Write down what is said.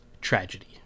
tragedy